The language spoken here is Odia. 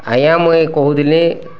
ଆଜ୍ଞା ମୁଁ କହୁଥିଲି